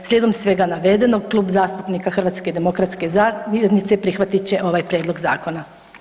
Slijedom svega navedenog Klub zastupnika HDZ-a prihvatit će ovaj prijedlog zakona.